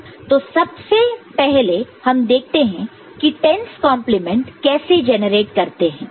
तो सबसे पहले हम देखते हैं की 10's कंप्लीमेंट 10's complement कैसे जनरेट करते हैं